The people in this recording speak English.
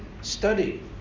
Study